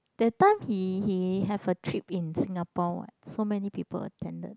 that time he he have a trip in Singapore what so many people attended